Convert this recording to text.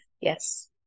yes